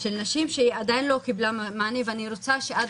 של נשים שעדיין לא קיבלה מענה ואני רוצה שעד